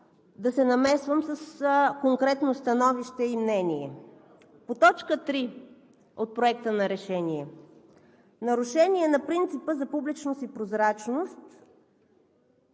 да се намесвам с конкретно становище и мнение. По точка три от Проекта на решение – нарушение на принципа за публичност и прозрачност.